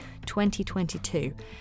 2022